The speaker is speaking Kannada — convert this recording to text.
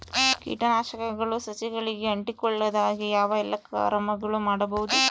ಕೇಟನಾಶಕಗಳು ಸಸಿಗಳಿಗೆ ಅಂಟಿಕೊಳ್ಳದ ಹಾಗೆ ಯಾವ ಎಲ್ಲಾ ಕ್ರಮಗಳು ಮಾಡಬಹುದು?